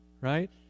Right